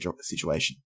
situation